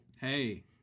Hey